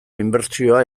inbertsioa